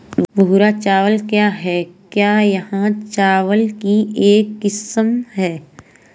भूरा चावल क्या है? क्या यह चावल की एक किस्म है?